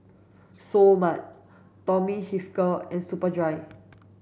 Seoul Mart Tommy Hilfiger and Superdry